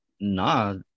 Nah